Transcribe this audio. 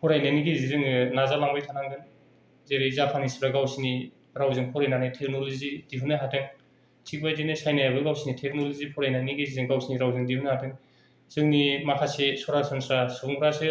फरायनायनि गेजेरजों जोङो नाजालांबाय थानांगोन जेरै जापानिसफ्रा गावसिनि रावजों फरायनानै टेक्नलजि दिहुननो हादों थिग बेबायदिनो चाइनायाबो गावसिनि टेक्नलजि फरायनायनि गेजेरजों गावसिनि रावजों दिहुननो हादों जोंनि माखासे सरासनस्रा सुबुंफ्रासो